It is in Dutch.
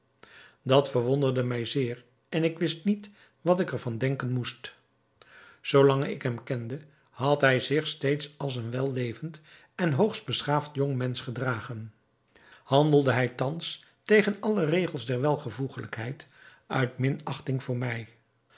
dat verwonderde mij zeer en ik wist niet wat ik er van denken moest zoo lang ik hem kende had hij zich steeds als een wellevend en hoogst beschaafd jong mensch gedragen handelde hij thans tegen alle regels der welvoegelijkheid uit minachting voor mij